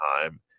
time